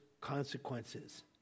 consequences